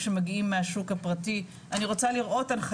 כן.